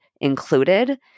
included